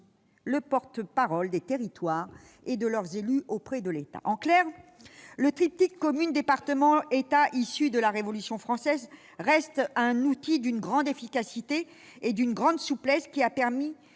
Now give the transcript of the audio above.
les porte-parole des territoires et de leurs élus auprès de l'État ». En clair, le triptyque communes-départements-État, issu de la Révolution française, reste un outil d'une grande efficacité et d'une grande souplesse, qui a permis